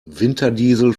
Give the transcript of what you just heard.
winterdiesel